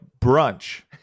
brunch